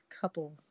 couple